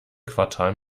quartal